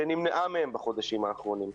שנמנעה מהם בחודשים האחרונים.